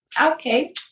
okay